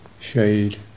shade